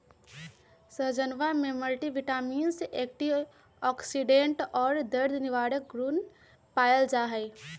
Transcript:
सहजनवा में multivitamins antioxidant और दर्द निवारक गुण पावल जाहई